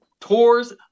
tours